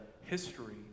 history